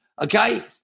Okay